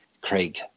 craig